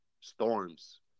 storms